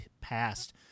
past